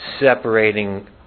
separating